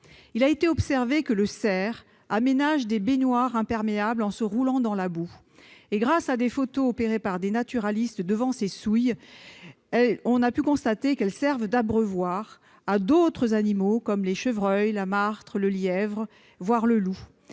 Il a été observé que le cerf y aménage des baignoires imperméables, en se roulant dans la boue. Grâce à des photos prises par des naturalistes, on a pu constater que ces souilles servent d'abreuvoirs à d'autres animaux, comme le chevreuil, la martre, le lièvre, voire le loup.